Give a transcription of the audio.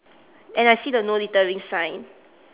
and I see the no littering sign